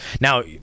now